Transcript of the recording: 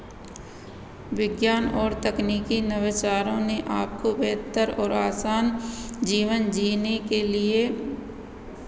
विज्ञान और तकनीकी नवाचारों ने आपको बेहतर और आसान जीवन जीने के लिए